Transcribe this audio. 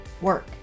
work